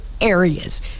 areas